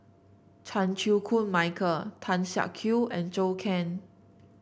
Chan Chew Koon Michael Tan Siak Kew and Zhou Can